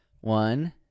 One